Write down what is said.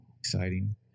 Exciting